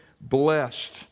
Blessed